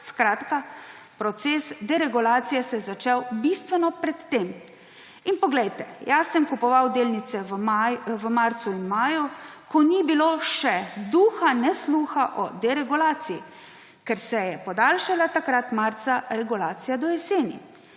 Skratka, proces deregulacije se je začel bistveno pred tem. In poglejte, jaz sem kupoval delnice v marcu in maju, ko ni bilo še duha ne sluha o deregulaciji, ker se je podaljšala takrat marca regulacija do jeseni.